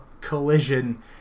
collision